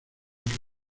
que